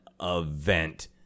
event